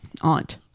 aunt